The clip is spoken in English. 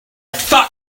thought